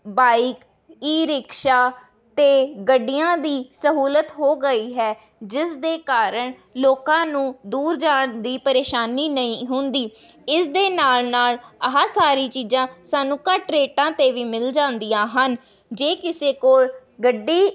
bike e rickshaw ਅਤੇ ਗੱਡੀਆਂ ਦੀ ਸਹੂਲਤ ਹੋ ਗਈ ਹੈ ਜਿਸ ਦੇ ਕਾਰਨ ਲੋਕਾਂ ਨੂੰ ਦੂਰ ਜਾਣ ਦੀ ਪਰੇਸ਼ਾਨੀ ਨਹੀਂ ਹੁੰਦੀ ਇਸ ਦੇ ਨਾਲ ਨਾਲ ਆਹ ਸਾਰੀ ਚੀਜ਼ਾਂ ਸਾਨੂੰ ਘੱਟ ਰੇਟਾਂ 'ਤੇ ਵੀ ਮਿਲ ਜਾਂਦੀਆਂ ਹਨ ਜੇ ਕਿਸੇ ਕੋਲ ਗੱਡੀ